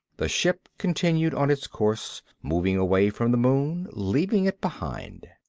the ship continued on its course, moving away from the moon, leaving it behind.